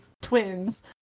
twins